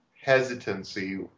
hesitancy